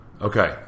Okay